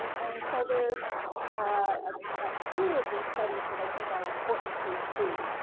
and and so there's a few of these studies that i think are important to include.